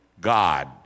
God